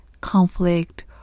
conflict